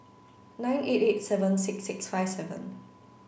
nine eight eight seven six six five seven